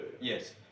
Yes